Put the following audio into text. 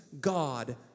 God